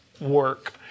work